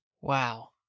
Wow